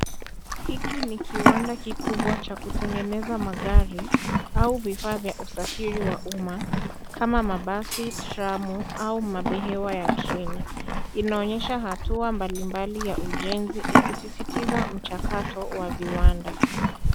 Hiki ni kiwanda kikubwa cha kutengeneza magari au vifaa vya usafiri wa umma, kama mabasi, tramu au mabehewa ya treni. Inaonyesha hatua mbalimbali za ujenzi, ikisisitiza mchakato wa viwanda.